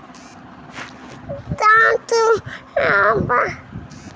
कतरनी धान में कब कब खाद दहल जाई?